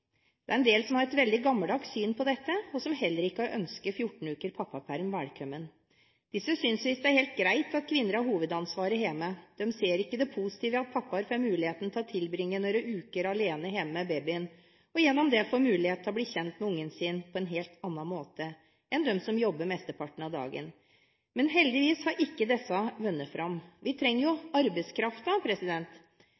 Det er en del som har et veldig gammeldags syn på dette, og som heller ikke har ønsket 14 uker pappaperm velkommen. Disse synes visst det er helt greit at kvinner har hovedansvaret hjemme. De ser ikke det positive i at pappaer får mulighet til å tilbringe noen uker alene hjemme med babyen – og gjennom det få mulighet til å bli kjent med ungen sin på en helt annen måte enn dem som jobber mesteparten av dagen. Men heldigvis har ikke disse vunnet